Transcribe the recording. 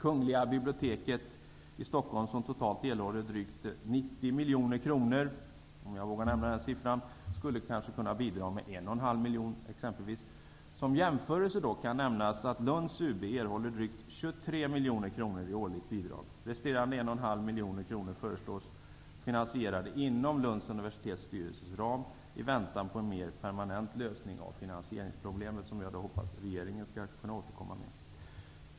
Kungliga biblioteket i Stockholm, som totalt erhåller drygt 90 miljoner kronor, skulle kunna bidra med 1,5 miljoner kronor. Som jämförelse kan nämnas att Lunds UB erhåller drygt 23 miljoner kronor i årligt bidrag. I väntan på en mer permanent lösning av finansieringsproblemet föreslås resterande 1,5 miljoner kronor finansieras inom ramen för den budget som Lunds universitets styrelse har att tillgå. Jag hoppas att regeringen kan återkomma i den frågan.